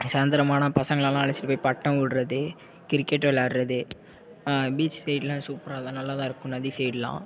சாந்திரமானா பசங்களலாம் அழைச்சிட்டு போய் பட்டம் விட்றது கிரிக்கெட் விளாட்றது பீச் சைடுலாம் சூப்பராக தான் நல்லா தான் இருக்கும் நதி சைடுலாம்